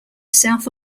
south